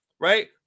right